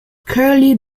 curly